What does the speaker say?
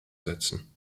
setzen